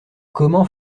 comment